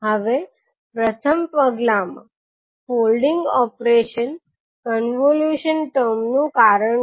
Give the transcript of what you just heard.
હવે પ્રથમ પગલા માં ફોલ્ડિંગ ઓપરેશન કોન્વોલ્યુશન ટર્મનું કારણ છે